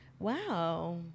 Wow